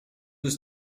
was